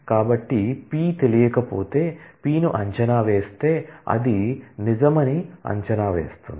కాబట్టి P తెలియకపోతే P ను అంచనా వేస్తే అది నిజమని అంచనా వేస్తుంది